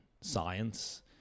science